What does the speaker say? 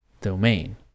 domain